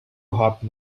hopped